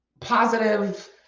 positive